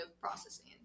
processing